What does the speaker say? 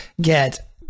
get